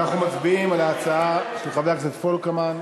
אנחנו מצביעים על ההצעה של חבר הכנסת פולקמן,